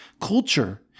culture